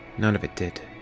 none of it did.